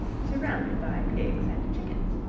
surrounded by pigs and chickens.